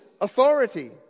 authority